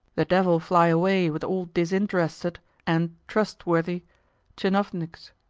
the devil fly away with all disinterested and trustworthy tchinovniks!